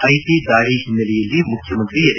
IT ದಾಳಿ ಹಿನ್ನೆಲೆಯಲ್ಲಿ ಮುಖ್ಯಮಂತ್ರಿ ಎಚ್